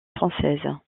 française